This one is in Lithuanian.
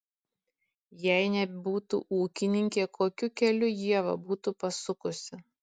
jei nebūtų ūkininkė kokiu keliu ieva būtų pasukusi